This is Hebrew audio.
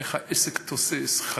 איך העסק תוסס, חתונה,